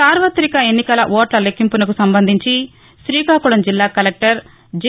సార్వతిక ఎన్నికల ఓట్ల లెక్కింపునకు సంబంధించి శ్రీకాకుళం జిల్లా కలెక్టర్ జె